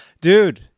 Dude